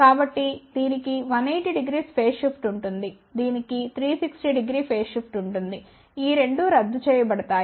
కాబట్టి దీనికి 1800 phase shift ఉంది దీనికి3600 ఫేజ్ షిఫ్ట్ ఉంటుంది ఈ రెండు రద్దు చేయబడతాయి